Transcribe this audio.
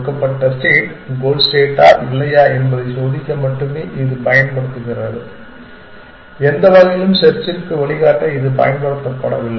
கொடுக்கப்பட்ட state goal ஸ்டேட்டா இல்லையா என்பதை சோதிக்க மட்டுமே இதைப் பயன்படுத்துகிறது எந்த வகையிலும் செர்ச்சிற்கு வழிகாட்ட இது பயன்படுத்தவில்லை